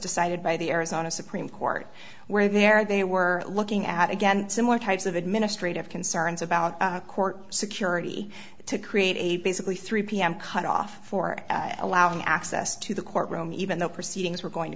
decided by the arizona supreme court where there they were looking at again similar types of administrative concerns about court security to create a basically three pm cut off for allowing access to the courtroom even though proceedings were going to